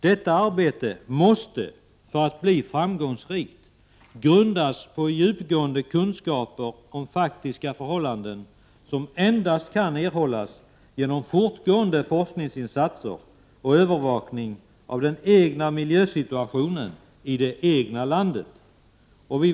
Detta arbete måste, för att bli framgångsrikt, grundas på djupgående kunskaper om faktiska förhållanden som endast kan erhållas genom fortgående forskningsinsatser och övervakning av den egna miljösituationen, i det egna landet.